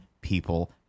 people